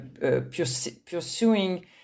pursuing